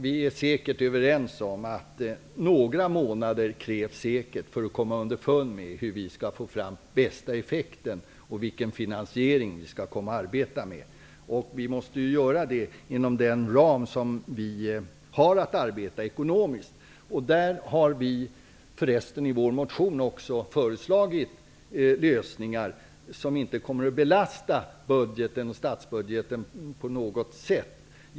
Vi är säkert överens om att det behövs åtminstone några månader för att komma underfund om hur bästa effekt uppnås och om vilken finansiering vi skall arbeta med. Vi måste ju göra detta inom den ekonomiska ram som gäller för vårt arbete. I vår motion föreslår vi för resten lösningar som inte kommer att belasta statsbudgeten på något sätt.